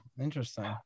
Interesting